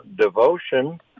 devotion